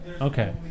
Okay